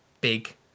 big